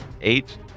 Eight